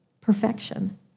Perfection